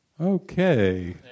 Okay